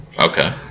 Okay